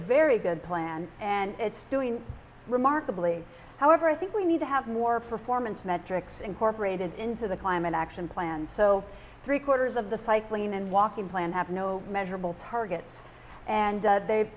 very good plan and it's doing remarkably however i think we need to have more performance metrics incorporated into the climate action plan so three quarters of the cycling and walking plan have no measurable targets and they